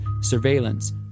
surveillance